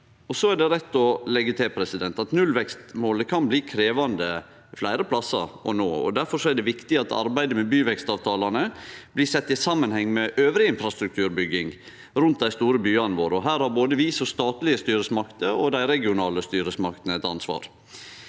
nullvekstmålet kan bli krevjande å nå fleire plassar. Difor er det viktig at arbeidet med byvekstavtalane blir sett i samanheng med anna infrastrukturbygging rundt dei store byane våre. Her har både vi som statlege styresmakter og dei regionale styresmaktene eit ansvar.